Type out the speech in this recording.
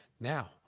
Now